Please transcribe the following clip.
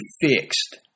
fixed